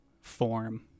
form